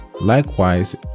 Likewise